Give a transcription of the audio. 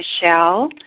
Michelle